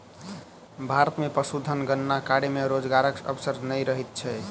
भारत मे पशुधन गणना कार्य मे रोजगारक अवसर नै रहैत छै